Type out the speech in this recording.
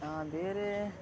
ಬೇರೆ